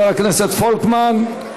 אנחנו עוברים להצעת חוק-יסוד: